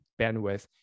bandwidth